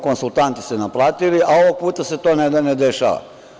Konsultanti su naplatili, a ovog puta se to ne dešava.